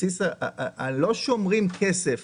לא שומרים כסף